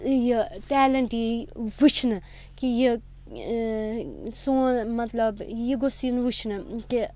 یہِ ٹیلَنٹ یہِ وٕچھنہٕ کہِ یہِ سون مطلب یہِ گوٚژھ یِنہٕ وٕچھنہٕ کہِ